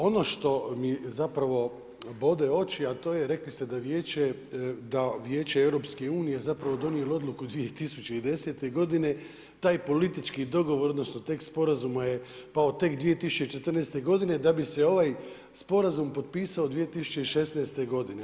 Ono što mi zapravo bode oči, a to je, rekli ste da Vijeće EU-a je donijelo odluku 2010. godine, taj politički dogovor odnosno tekst sporazuma je pao tek 2014. godine da bi se ovaj sporazum potpisao 2016. godine.